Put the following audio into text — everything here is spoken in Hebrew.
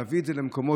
להביא את זה למקומות,